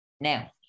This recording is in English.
Now